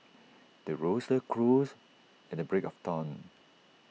the rooster crows at the break of dawn